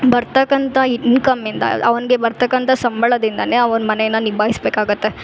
ಬರ್ತಕ್ಕಂಥ ಇನ್ಕಮಿಂದ ಅವ್ನಗೆ ಬರ್ತಕ್ಕಂಥ ಸಂಬಳದಿಂದಾನೇ ಅವನ ಮನೇನ ನಿಭಾಯಿಸ್ಬೇಕಾಗತ್ತೆ